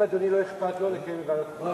אם אדוני לא אכפת לו, לקיים דיון בוועדת החינוך.